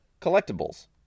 collectibles